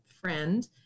friend